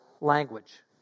language